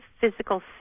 physical